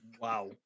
Wow